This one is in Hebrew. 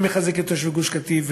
אני מחזק את תושבי גוש-קטיף,